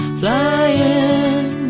flying